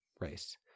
race